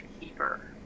Keeper